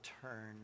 turn